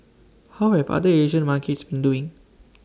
how have other Asian markets been doing